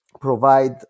provide